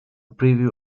preview